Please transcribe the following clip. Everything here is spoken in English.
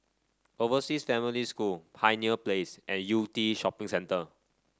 Overseas Family School Pioneer Place and Yew Tee Shopping Centre